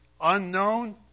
unknown